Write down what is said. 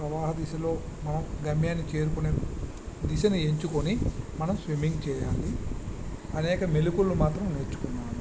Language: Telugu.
ప్రవాహ దిశలో మనం గమ్యాన్ని చేరుకునే దిశను ఎంచుకొని మనం స్విమ్మింగ్ చేయాలి అనేక మెళకువలను మాత్రం నేను నేర్చుకున్నాను